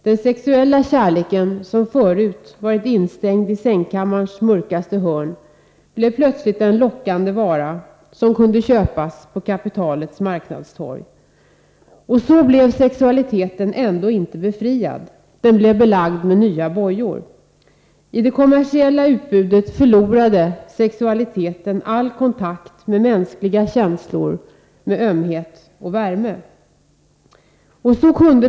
Den sexuella kärleken, som förut varit instängd i sängkammarens mörkaste hörn, blev plötsligt en lockande vara som kunde köpas på kapitalets marknadstorg. Så blev sexualiteten ändå inte befriad. Den blev belagd med nya bojor. I det kommersiella utbudet förlorade sexualiteten all kontakt med mänskliga känslor, med ömhet och värme.